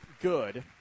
good